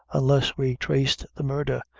unless we trace the murdher,